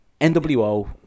NWO